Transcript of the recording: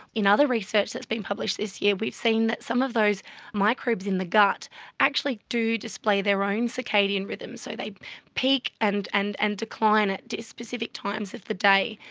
in other research that's been published this year we've seen that some of those microbes in the gut actually do display their own circadian rhythms, so they peak and and and decline at specific times of the day.